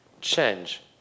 change